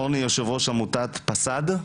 אורני יושב ראש עמותת פאסד,